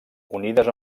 unides